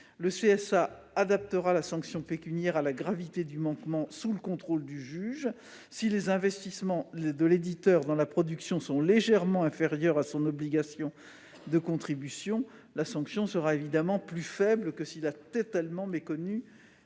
le CSA adaptera la sanction pécuniaire à la gravité du manquement, sous le contrôle du juge. Si les investissements de l'éditeur dans la production sont légèrement inférieurs à son obligation de contribution, la sanction sera évidemment plus faible que si l'éditeur a totalement méconnu